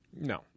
No